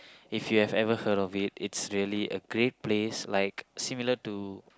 if you have ever heard of it it's really a great place like similar to